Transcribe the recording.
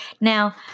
Now